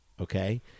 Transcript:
Okay